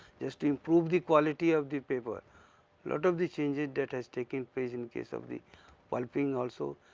just improve the quality of the paper lot of the changes that has taken place in case of the pulping also,